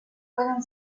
pueden